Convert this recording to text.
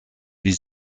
wie